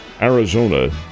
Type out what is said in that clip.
Arizona